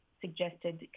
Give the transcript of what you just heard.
suggested